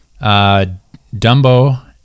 Dumbo